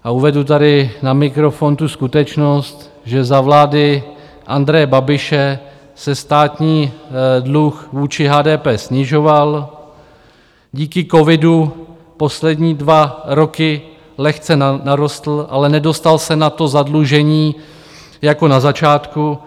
A uvedu tady na mikrofon tu skutečnost, že za vlády Andreje Babiše se státní dluh vůči HDP snižoval, díky covidu poslední dva roky lehce narostl, ale nedostal se na to zadlužení jako na začátku.